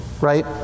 Right